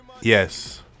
Yes